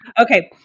Okay